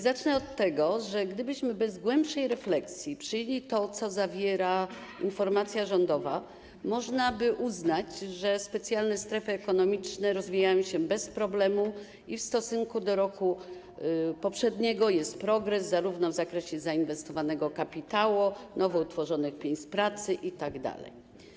Zacznę od tego, że gdybyśmy bez głębszej refleksji przyjęli to, co zawiera informacja rządowa, można by uznać, że specjalne strefy ekonomiczne rozwijają się bez problemu i w stosunku do roku poprzedniego jest progres zarówno w zakresie zainwestowanego kapitału, jak i nowo utworzonych miejsc pracy itd.